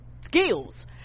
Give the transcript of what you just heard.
skills